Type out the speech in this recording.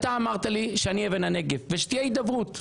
אתה אמרת לי שאני אבן הנגף ושתהיה הידברות.